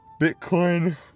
Bitcoin